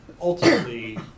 ultimately